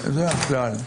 זה הכלל.